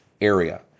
area